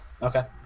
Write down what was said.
Okay